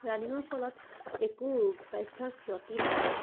ৰানিঙৰ ফলত একো স্বাস্থ্যৰ ক্ষতি নহয়